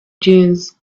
dunes